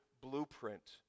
blueprint